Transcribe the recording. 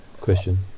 question